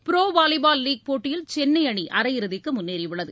pro volleyball league போட்டியில் சென்னை அணி அரையிறுதிக்கு முன்னேறியுள்ளது